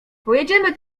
pojedziemy